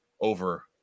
over